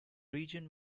region